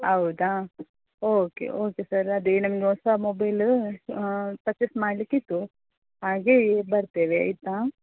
ಹೌದಾ okay okay sir ಅದೇ ನಮಗೆ ಹೊಸ ಮೊಬೈಲ ಪರ್ಚೆಸ್ ಮಾಡ್ಲಿಕ್ಕೆ ಇತ್ತು ಹಾಗೆ ಬರ್ತೇವೆ ಆಯಿತಾ